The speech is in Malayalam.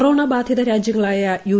കൊറോണ ബാധിത രാജ്യങ്ങളായ യു